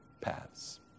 paths